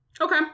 Okay